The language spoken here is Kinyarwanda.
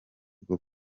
bwo